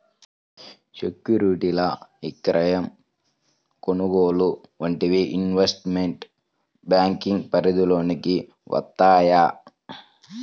సెక్యూరిటీల విక్రయం, కొనుగోలు వంటివి ఇన్వెస్ట్మెంట్ బ్యేంకింగ్ పరిధిలోకి వత్తయ్యి